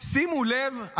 שימו לב,